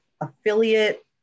affiliate